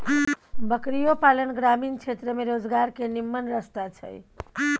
बकरियो पालन ग्रामीण क्षेत्र में रोजगार के निम्मन रस्ता छइ